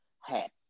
hat